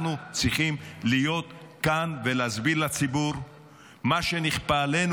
אנחנו צריכים להיות כאן ולהסביר לציבור מה שנכפה עלינו.